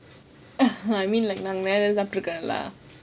I mean like நெறய தடவ போயிருக்கும்:neraya thadawa poirukkam lah